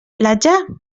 platja